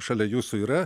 šalia jūsų yra